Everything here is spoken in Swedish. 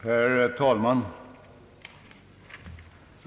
Herr talman!